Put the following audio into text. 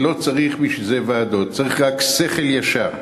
לא צריך בשביל זה ועדות, צריך רק שכל ישר.